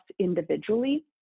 individually